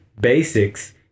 basics